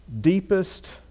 deepest